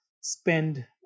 spend